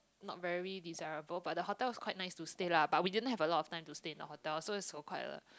not very desirable but the hotel is quite nice to stay lah but we don't know have a lot of times to stay in hotel so is quite a